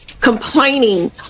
complaining